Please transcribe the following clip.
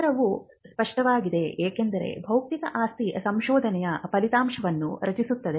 ಉತ್ತರವು ಸ್ಪಷ್ಟವಾಗಿದೆ ಏಕೆಂದರೆ ಬೌದ್ಧಿಕ ಆಸ್ತಿ ಸಂಶೋಧನೆಯ ಫಲಿತಾಂಶವನ್ನು ರಕ್ಷಿಸುತ್ತದೆ